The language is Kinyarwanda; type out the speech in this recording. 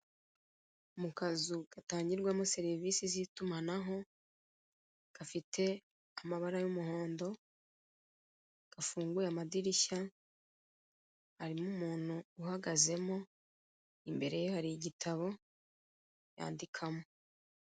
Mu kazu gatangirwamo serivisi z'itumanaho gafite amabara y'umuhondo gafunguye amadirisha harimo umuntu uhagazemo imbere ye hari igitabo yandikamo.